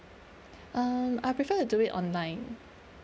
um I prefer to do it online